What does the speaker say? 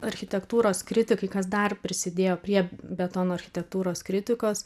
architektūros kritikai kas dar prisidėjo prie betono architektūros kritikos